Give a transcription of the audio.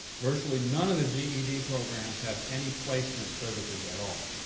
virtually none of the ged programs have any placement services at all,